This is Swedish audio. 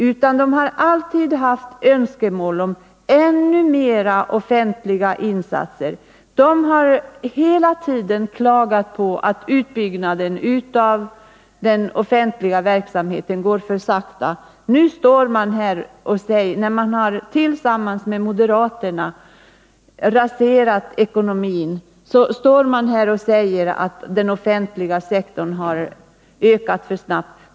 Man har alltid haft önskemål om ännu mer offentliga insatser. Man har hela tiden klagat på att utbyggnaden av den offentliga verksamheten gått för sakta. Nu, när man tillsammans med moderaterna har raserat ekonomin, står man här och säger att den offentliga sektorn har ökat för snabbt.